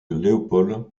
léopold